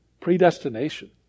predestination